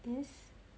is